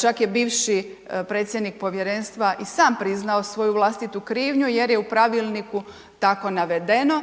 Čak je bivši predsjednik povjerenstva i sam priznao svoju vlastitu krivnju jer je u pravilniku tako navedeno